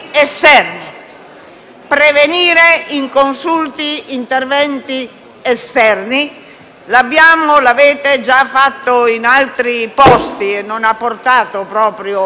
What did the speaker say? prevenire inconsulti interventi esterni (l'avete già fatto in altri posti e non ha portato proprio benissimo).